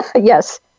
Yes